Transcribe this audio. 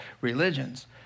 religions